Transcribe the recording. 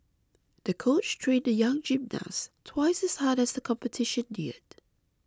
the coach trained the young gymnast twice as hard as the competition neared